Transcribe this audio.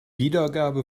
wiedergabe